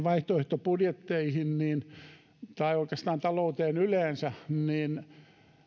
vaihtoehtobudjetteihin tai oikeastaan talouteen yleensä